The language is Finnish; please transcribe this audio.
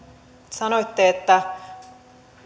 sanoitte että